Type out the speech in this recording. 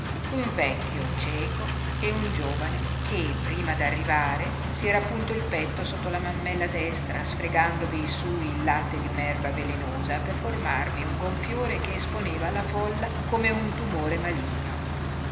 un vecchio cieco e un giovane che prima d'arrivare si era punto il petto sotto la mammella destra sfregandovi su il latte di un'erba velenosa per formarvi un gonfiore che esponeva alla folla come un tumore maligno